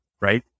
right